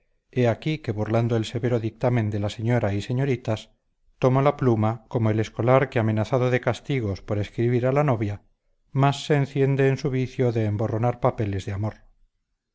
he aquí que burlando el severo dictamen de la señora y señoritas tomo la pluma como el escolar que amenazado de castigos por escribir a la novia más se enciende en su vicio de emborronar papeles de amor